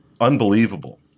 Unbelievable